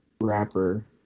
rapper